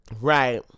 right